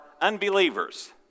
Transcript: unbelievers